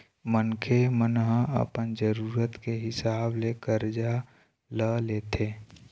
मनखे मन ह अपन जरुरत के हिसाब ले करजा ल लेथे